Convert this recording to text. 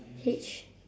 H